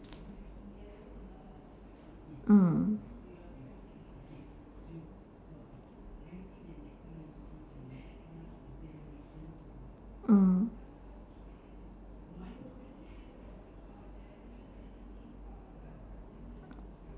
mm mm